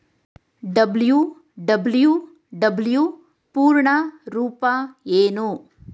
WWW ಪೂರ್ಣ ರೂಪ ಏನು?